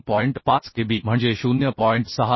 5 kb म्हणजे 0